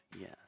Yes